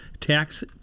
Tax